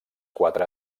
quatre